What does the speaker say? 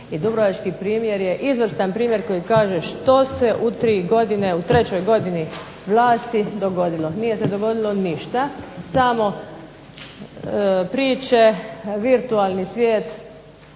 dubrovački primjer je izvrstan primjer koji kaže što se u tri godine, u trećoj godini vlasti dogodilo. Nije se dogodilo ništa, samo priče virtualni svijet